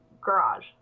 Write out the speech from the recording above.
garage